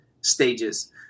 stages